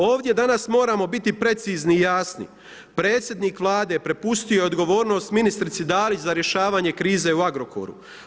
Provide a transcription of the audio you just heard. Ovdje danas moramo biti precizni i jasni, predsjednik Vlade prepustio je odgovornost ministrici Dalić za rješavanje krize u Agrokoru.